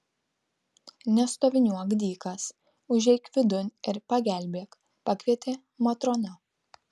nestoviniuok dykas užeik vidun ir pagelbėk pakvietė matrona